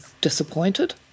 disappointed